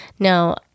No